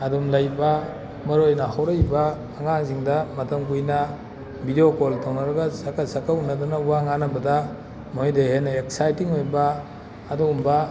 ꯑꯗꯨꯝ ꯂꯩꯕ ꯃꯔꯨ ꯑꯣꯏꯅ ꯍꯧꯔꯛꯏꯕ ꯑꯉꯥꯡꯁꯤꯡꯗ ꯃꯇꯝ ꯀꯨꯏꯅ ꯕꯤꯗꯤꯑꯣ ꯀꯣꯜ ꯇꯧꯅꯔꯒ ꯁꯛꯀ ꯁꯛꯀ ꯎꯅꯗꯅ ꯋꯥ ꯉꯥꯡꯅꯕꯗ ꯃꯣꯏꯗ ꯍꯦꯟꯅ ꯑꯦꯛꯁꯥꯏꯇꯤꯡ ꯑꯣꯏꯕ ꯑꯗꯨꯒꯨꯝꯕ